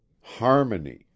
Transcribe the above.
harmony